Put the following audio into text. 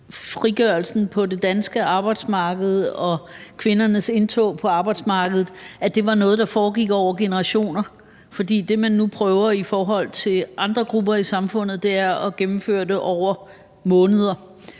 frigørelsen på det danske arbejdsmarked og kvindernes indtog på arbejdsmarkedet var noget, der foregik over generationer. For det, man nu prøver i forhold til andre grupper i samfundet, er at gennemføre det over måneder.